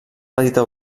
petita